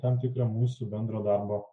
tam tikrą mūsų bendro darbo